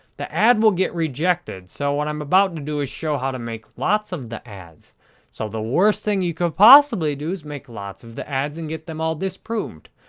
the ad will get rejected. so, what i'm about to do is show how to make lots of the ads so the worst thing you could possibly do is make lots of the ads and get them all disproved.